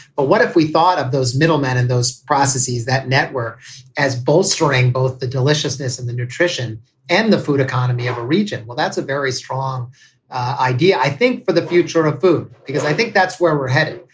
but what if we thought of those middlemen in those processes that network as bolstering both the deliciousness and the nutrition and the food economy of a region? well, that's a very strong idea, i think, for the future of food, because i think that's where we're headed.